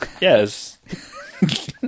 Yes